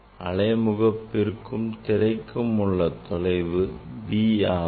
அலை முகப்புக்கும் திரைக்கும் உள்ள தொலைவு b ஆகும்